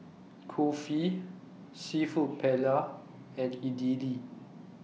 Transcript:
Kulfi Seafood Paella and Idili